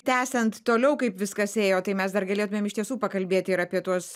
tęsiant toliau kaip viskas ėjo tai mes dar galėtumėm iš tiesų pakalbėti ir apie tuos